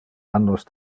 annos